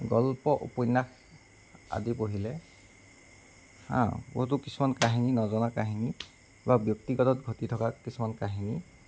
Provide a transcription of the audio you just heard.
গল্প উপন্যাস আদি পঢ়িলে হা বহুতো কিছুমান নজনা কাহিনী বা ব্যক্তিগত ঘটি থকা কিছুমান কাহিনী